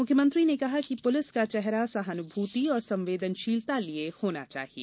मुख्यमंत्री ने कहा कि पुलिस का चेहरा सहानुभूति और संवेदनशीलता लिये होना चाहिए